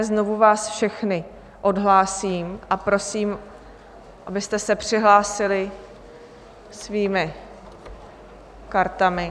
Znovu vás všechny odhlásím a prosím, abyste se přihlásili svými kartami.